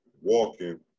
walking